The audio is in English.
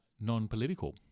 non-political